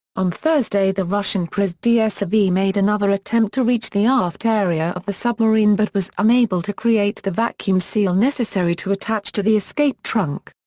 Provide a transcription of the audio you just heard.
on thursday the russian priz dsrv made another attempt to reach the aft area of the submarine but was unable to create the vacuum seal necessary to attach to the escape trunk.